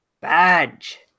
Badge